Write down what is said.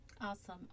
awesome